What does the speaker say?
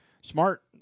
smart